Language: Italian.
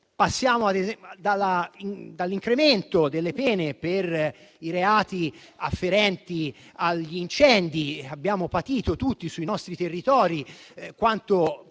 e dolose e l'incremento delle pene per i reati afferenti agli incendi. Abbiamo patito tutti sui nostri territori quanto possa